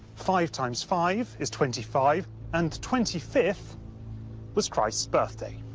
five times five is twenty five and twenty fifth was christ's birthday.